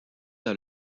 dans